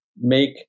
make